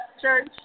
Church